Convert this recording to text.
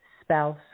spouse